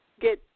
get